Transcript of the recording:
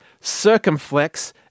Circumflex